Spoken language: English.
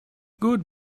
good